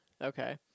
Okay